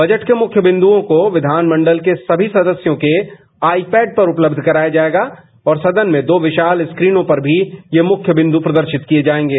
budget के मुख्य बिदुओं को विघानमंडल के सभी सदस्यों के आईपैड पर उपलब्ध कराया जायेगा और सदन में दो विशील स्क्रीनों पर भी ये मुख्य बिंदु प्रदर्शित किये जायेगां